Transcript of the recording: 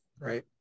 Right